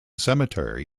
cemetery